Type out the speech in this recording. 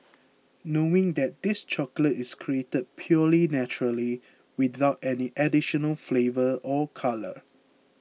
knowing that this chocolate is created purely naturally without any additional flavour or colour